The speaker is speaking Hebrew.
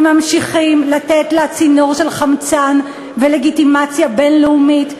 הם ממשיכים לתת לה צינור של חמצן ולגיטימציה בין-לאומית,